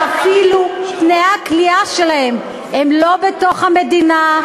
שאפילו מתקני הכליאה שלהם הם לא בתוך המדינה,